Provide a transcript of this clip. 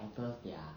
otter they are